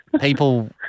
people